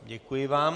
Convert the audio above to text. Děkuji vám.